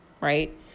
right